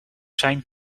zijn